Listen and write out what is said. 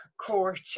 court